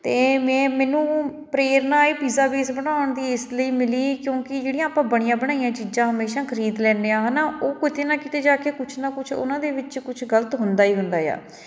ਅਤੇ ਮੈਂ ਮੈਨੂੰ ਪ੍ਰੇਰਨਾ ਇਹ ਪਿੱਜ਼ਾ ਬੇਸ ਬਣਾਉਣ ਦੀ ਇਸ ਲਈ ਮਿਲੀ ਕਿਉਂਕਿ ਜਿਹੜੀਆਂ ਆਪਾਂ ਬਣੀਆਂ ਬਣਾਈਆਂ ਚੀਜ਼ਾਂ ਹਮੇਸ਼ਾਂ ਖਰੀਦ ਲੈਂਦੇ ਹਾਂ ਹੈ ਨਾ ਉਹ ਕਿਤੇ ਨਾ ਕਿਤੇ ਜਾ ਕੇ ਕੁਛ ਨਾ ਕੁਛ ਉਹਨਾਂ ਦੇ ਵਿੱਚ ਕੁਛ ਗਲਤ ਹੁੰਦਾ ਹੀ ਹੁੰਦਾ ਆ